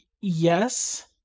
yes